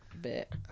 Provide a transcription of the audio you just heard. bit